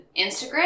Instagram